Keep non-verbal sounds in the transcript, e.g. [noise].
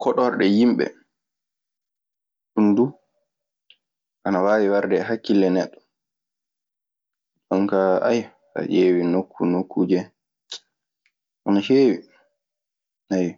[hesitation] Koɗorɗe yimɓe, ɗun du ana waawi warde e hakkille neɗɗo. Jonkaa [hesitation] so a ƴeewii nokku nokkuuje ana heewi. Ayyo.